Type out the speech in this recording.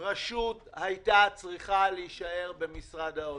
הרשות הייתה צריכה להישאר במשרד האוצר.